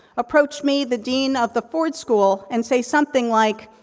approach me, the dean of the ford school, and say something like,